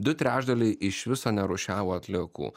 du trečdaliai iš viso nerūšiavo atliekų